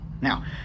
Now